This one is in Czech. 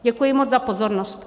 Děkuji moc za pozornost.